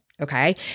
okay